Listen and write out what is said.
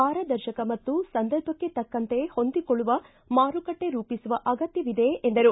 ಪಾರದರ್ಶಕ ಮತ್ತು ಸಂದರ್ಭಕ್ಕೆ ತಕ್ಕಂತೆ ಹೊಂದಿಕೊಳ್ಳುವ ಮಾರುಕಟ್ಟೆ ರೂಪಿಸುವ ಅಗತ್ಯ ಇದೆ ಎಂದರು